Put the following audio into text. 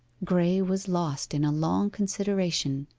graye was lost in a long consideration.